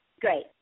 Great